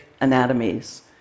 anatomies